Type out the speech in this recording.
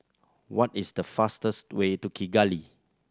what is the fastest way to Kigali